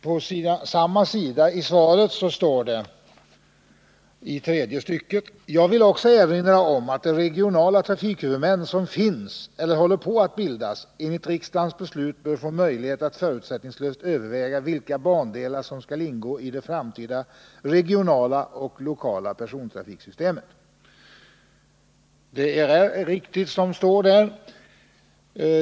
Litet längre fram i svaret står det: ”Jag vill också erinra om att de regionala trafikhuvudmän, som finns eller håller på att bildas, enligt riksdagens beslut bör få möjlighet att förutsättningslöst överväga vilka bandelar som skall ingå i det framtida regionala och Detta är riktigt.